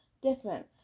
Different